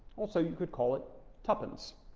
also, you could call it tapens.